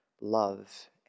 love